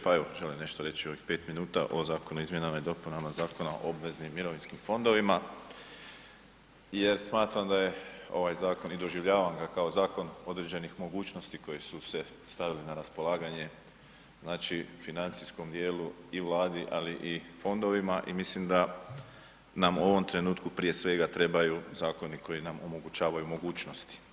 Pa evo, želim nešto reći u ovih 5 minuta o Zakonu o izmjenama i dopunama Zakona o obveznim mirovinskim fondovima jer smatram da je ovaj zakon i doživljavam ga kao zakon određenih mogućnosti koje su se stavili na raspolaganje, znači, financijskom dijelu i Vladi, ali i fondovima i mislim da nam u ovom trenutku, prije svega trebaju zakoni koji nam omogućavaju mogućnost.